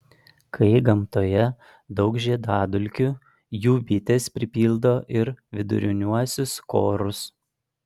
kai gamtoje daug žiedadulkių jų bitės pripildo ir viduriniuosius korus